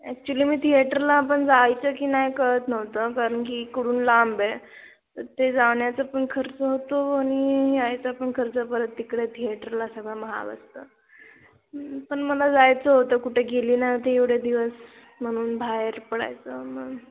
actually मी थिएटरला पण जायचं की नाही कळत नव्हतं कारण की इकडून लांब आहे तर ते जाण्याचा पण खर्च होतो आणि यायचा पण खर्च परत तिकडे थिएटरला सगळं महाग असतं पण मला जायचं होतं कुठे गेली नव्हती एवढे दिवस म्हणून बाहेर पडायचं मग